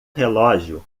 relógio